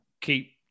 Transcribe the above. keep